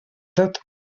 tot